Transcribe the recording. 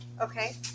Okay